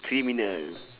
criminal